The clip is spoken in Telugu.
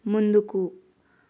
ముందుకు